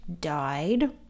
died